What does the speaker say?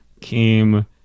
came